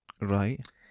right